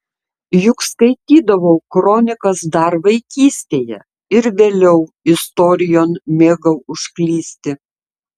juk skaitydavau kronikas dar vaikystėje ir vėliau istorijon mėgau užklysti